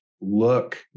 look